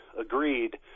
agreed